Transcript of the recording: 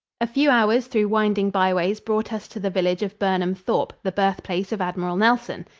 a few hours through winding byways brought us to the village of burnham thorpe, the birthplace of admiral nelson.